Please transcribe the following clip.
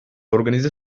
organize